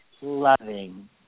loving